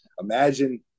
imagine